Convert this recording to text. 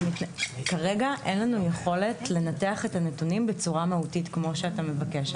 כרגע אין לנו יכולת לנתח את הנתונים בצורה מהותית כמו שאתה מבקש.